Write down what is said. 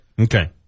Okay